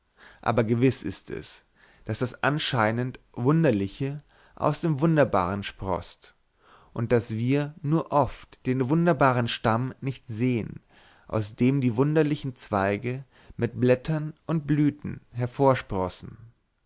aber gewiß ist es daß das anscheinend wunderliche aus dem wunderbaren sproßt und daß wir nur oft den wunderbaren stamm nicht sehen aus dem die wunderlichen zweige mit blättern und blüten hervorsprossen